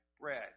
bread